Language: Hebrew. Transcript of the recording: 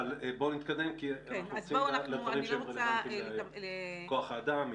בואו נתקדם כי אנחנו רוצים את הדברים שהם רלוונטיים להיום.